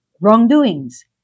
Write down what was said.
wrongdoings